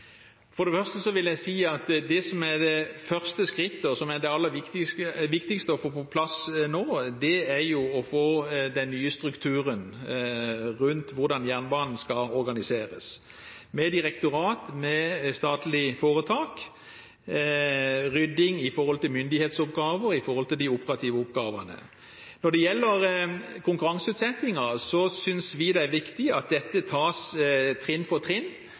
For det første vil jeg si at det første skrittet, og det som er det aller viktigste å få på plass nå, er den nye strukturen rundt hvordan jernbanen skal organiseres – med direktorat, med statlig foretak og rydding med tanke på myndighetsoppgaver og de operative oppgavene. Når det gjelder konkurranseutsettingen, synes vi det er viktig at dette tas trinn for trinn.